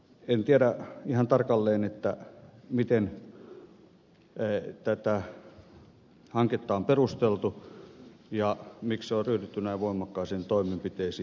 en tiedä ihan tarkalleen miten tätä hanketta on perusteltu ja miksi on ryhdytty näin voimakkaisiin toimenpiteisiin